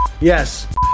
Yes